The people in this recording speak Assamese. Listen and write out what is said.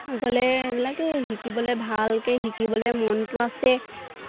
গ'লে এইবিলাকে শিকিবলৈ ভালকৈ শিকিবলৈ মনটো আছে